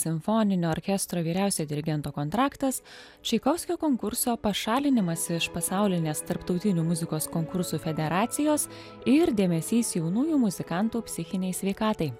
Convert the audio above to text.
simfoninio orkestro vyriausio dirigento kontraktas čaikovskio konkurso pašalinimas iš pasaulinės tarptautinių muzikos konkursų federacijos ir dėmesys jaunųjų muzikantų psichinei sveikatai